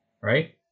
right